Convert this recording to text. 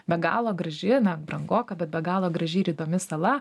be galo graži na brangoka bet be galo graži ir įdomi sala